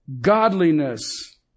godliness